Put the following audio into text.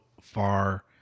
far